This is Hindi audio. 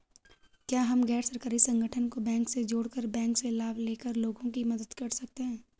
क्या हम गैर सरकारी संगठन को बैंक से जोड़ कर बैंक से लाभ ले कर लोगों की मदद कर सकते हैं?